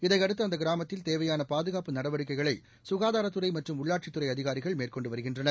இதையடுத்து அந்த கிராமத்தில் தேவையான பாதுகாப்பு நடவடிக்கைகளை சுகாதாரத்துறை மற்றும் உள்ளாட்சித்துறை அதிகாரிகள் மேற்கொண்டு வருகின்றனர்